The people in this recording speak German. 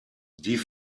die